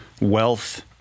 wealth